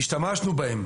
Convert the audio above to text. השתמשנו בהם